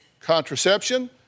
contraception